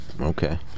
Okay